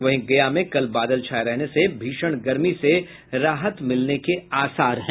वहीं गया में कल बादल छाये रहने से भीषण गर्मी से राहत मिलने के आसार हैं